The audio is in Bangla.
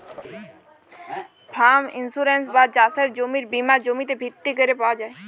ফার্ম ইন্সুরেন্স বা চাসের জমির বীমা জমিতে ভিত্তি ক্যরে পাওয়া যায়